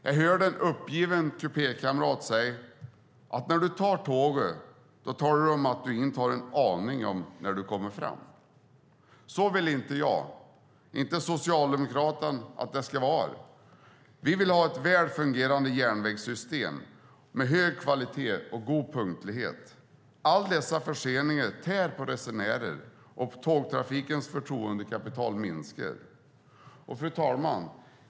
Jag hörde en uppgiven kupékamrat säga att när du tar tåget talar du om att du inte har en aning om när du kommer fram. Så vill inte jag och Socialdemokraterna att det ska vara. Vi vill ha ett väl fungerande järnvägssystem med hög kvalitet och god punktlighet. Alla dessa förseningar tär på resenärer, och tågtrafikens förtroendekapital minskar. Fru talman!